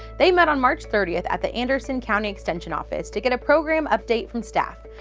they met on march thirtieth at the anderson county extension office to get a programs update from staff.